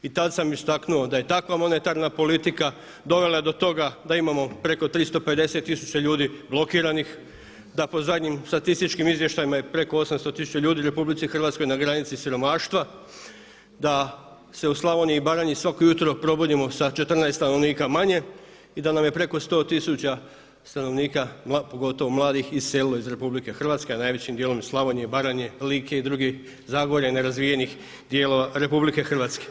I tad sam istaknuo da je takva monetarna politika dovela do toga da imamo preko 350 tisuća ljudi blokiranih, da po zadnjim statističkim izvještajima je preko 800 tisuća ljudi u RH na granici siromaštva, da se u Slavoniji i Baranji svako jutro probudimo sa 14 stanovnika manje i da nam je preko 100 tisuća stanovnika pogotovo mladih iselilo iz RH, a najvećim dijelom iz Slavonije i Baranje, Like i drugih, Zagorja i nerazvijenih dijelova RH.